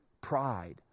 pride